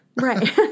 Right